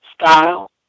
style